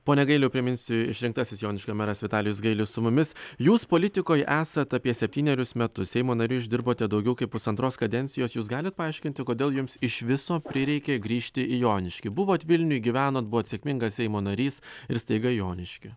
pone gailiau priminsiu išrinktasis joniškio meras vitalijus gailius su mumis jūs politikoje esat apie septynerius metus seimo nariu išdirbote daugiau kaip pusantros kadencijos jūs galite paaiškinti kodėl jums iš viso prireikė grįžti į joniškį buvot vilniuj gyvena buvot sėkmingas seimo narys ir staiga jonišky